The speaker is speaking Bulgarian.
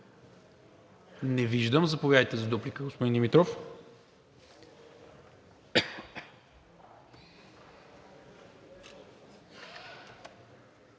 Не виждам. Заповядайте за дуплика, господин Димитров.